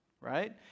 Right